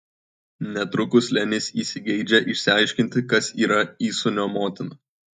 netrukus lenis įsigeidžia išsiaiškinti kas yra įsūnio motina